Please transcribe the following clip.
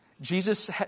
Jesus